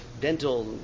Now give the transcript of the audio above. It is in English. dental